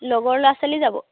লগৰ ল'ৰা ছোৱালী যাব